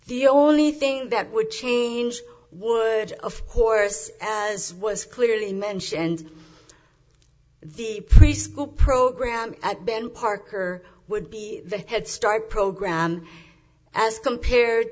the only thing that would change would of course as was clearly mentioned the preschool program at ben parker would be the head start program as compared